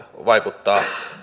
vaikuttavat